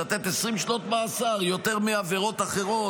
לתת 20 שנות מאסר יותר מעבירות אחרות?